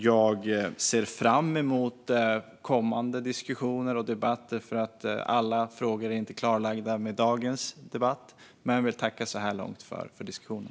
Jag ser fram emot kommande diskussioner och debatter eftersom alla frågor inte är klarlagda i och med dagens debatt. Men jag tackar så här långt för diskussionen.